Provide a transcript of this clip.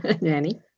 Nanny